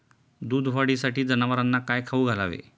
दूध वाढीसाठी जनावरांना काय खाऊ घालावे?